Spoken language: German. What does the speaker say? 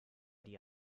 die